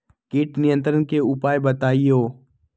किट नियंत्रण के उपाय बतइयो?